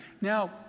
Now